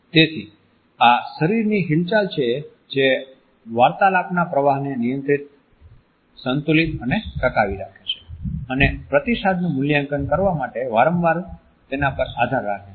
તેથી આ શરીરની હિલચાલ છે જે વાર્તાલાપના પ્રવાહને નિયંત્રિત સંતુલિત અને ટકાવી રાખે છે અને પ્રતિસાદનું મૂલ્યાંકન કરવા માટે વારંવાર તેના પર આધાર રાખે છે